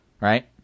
right